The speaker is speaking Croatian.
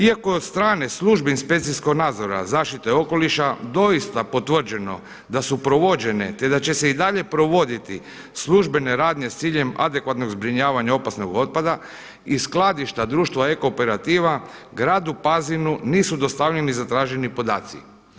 Iako strane službe inspekcijskog nadzora zaštite okoliša doista potvrđeno da su provođene te da će se i dalje provoditi službene radnje sa ciljem adekvatnog zbrinjavanja opasnog otpada i skladišta društvo Ecooperativa gradu Pazinu nisu dostavljeni zatraženi podaci.